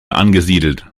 angesiedelt